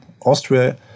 Austria